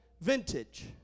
vintage